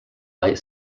light